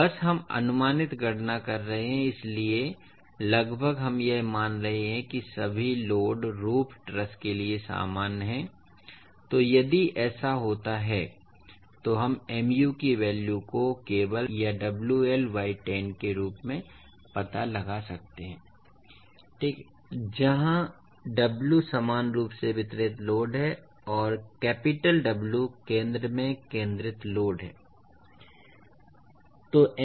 तो बस हम अनुमानित गणना कर रहे हैं इसलिए लगभग हम यह मान रहे हैं कि सभी लोड रूफ ट्रस के लिए सामान्य हैं इसलिए यदि ऐसा है तो हम Mu की वैल्यू को केवल wL स्क्वायर बाय 10 या WL बाय 10 के रूप में पता लगा सकते हैं ठीक जहां W समान रूप से वितरित लोड है और कैपिटल W केंद्र में केंद्रित लोड है ठीक हैं